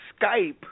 Skype